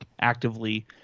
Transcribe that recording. actively